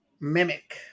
Mimic